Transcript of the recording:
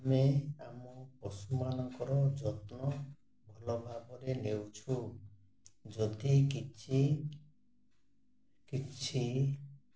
ଆମେ ଆମ ପଶୁମାନଙ୍କର ଯତ୍ନ ଭଲ ଭାବରେ ନେଉଛୁ ଯଦି କିଛି କିଛି